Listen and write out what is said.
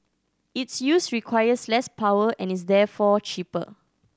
its use requires less power and is therefore cheaper